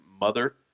mother